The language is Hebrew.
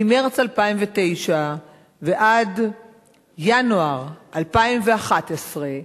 ממרס 2009 ועד ינואר 2011,